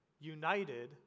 united